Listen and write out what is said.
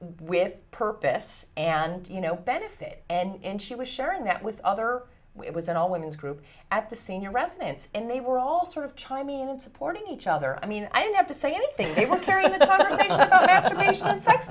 with purpose and you know benefit and she was sharing that with other it was an all women's group at the senior residence and they were all sort of chimey and supporting each other i mean i don't have to say anything they we